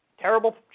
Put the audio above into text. terrible